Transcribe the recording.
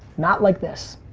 not like this.